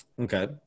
Okay